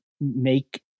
make